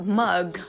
mug